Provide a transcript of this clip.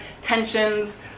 tensions